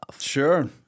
Sure